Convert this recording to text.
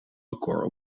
record